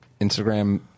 Instagram